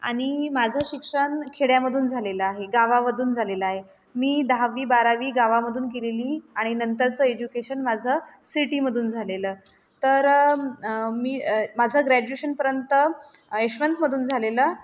आणि माझं शिक्षण खेड्यामधून झालेलं आहे गावामधून झालेलं आहे मी दहावी बारावी गावामधून केलेली आणि नंतरचं एज्युकेशन माझं सिटीमधून झालेलं तर मी माझं ग्रॅज्युएशनपर्यंत यशवंतमधून झालेलं